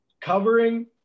covering